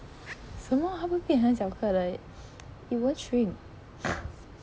什么它不会变很小的 it won't shrink